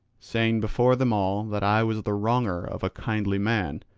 saying before them all that i was the wronger of a kindly man.